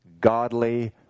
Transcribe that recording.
godly